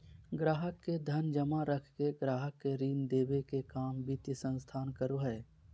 गाहक़ के धन जमा रख के गाहक़ के ऋण देबे के काम वित्तीय संस्थान करो हय